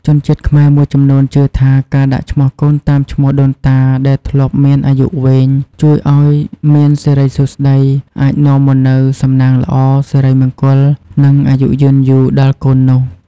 ជនជាតិខ្មែរមួយចំនួនជឿថា ការដាក់ឈ្មោះកូនតាមឈ្មោះដូនតាដែលធ្លាប់មានអាយុវែង ជួយអោយមានសិរីសួស្តី អាចនាំមកនូវសំណាងល្អ សិរីមង្គល និងអាយុយឺនយូរដល់កូននោះ។